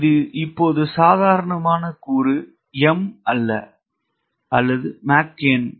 இது இப்போது சாதாரண கூறு M அல்ல அல்லது மாக் எண்Mach No